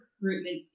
recruitment